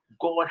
god